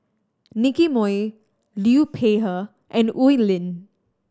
Nicky Moey Liu Peihe and Oi Lin